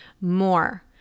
more